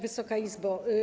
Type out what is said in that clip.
Wysoka Izbo!